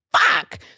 fuck